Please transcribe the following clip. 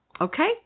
okay